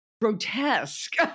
grotesque